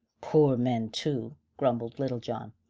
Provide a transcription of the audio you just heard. poor men, too, grumbled little john.